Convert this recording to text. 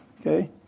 Okay